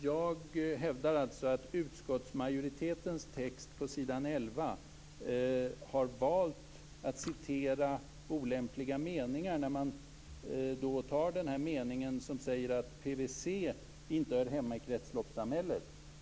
Jag hävdar alltså att utskottsmajoriteten i sin text på s. 11 har valt att citera olämpliga meningar, t.ex. meningen där man säger att PVC inte hör hemma i kretsloppssamhället.